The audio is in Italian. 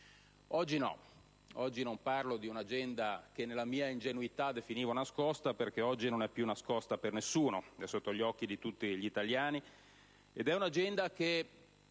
Oggi no; oggi non parlerò di un'agenda che nella mia ingenuità definivo nascosta perché oggi non è più nascosta per nessuno: è sotto gli occhi di tutti gli italiani ed è un'agenda che